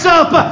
up